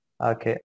okay